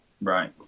Right